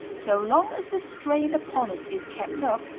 so long as the strain upon it is kept up,